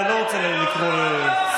אני לא רוצה לקרוא לסדר.